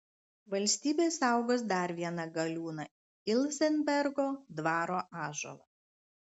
valstybė saugos dar vieną galiūną ilzenbergo dvaro ąžuolą